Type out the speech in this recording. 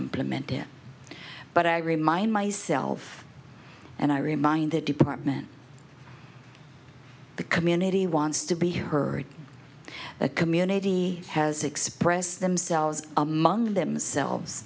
implemented but i remind myself and i remind the department the community wants to be heard a community has express themselves among themselves